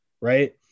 right